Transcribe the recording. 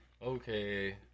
Okay